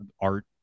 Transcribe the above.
art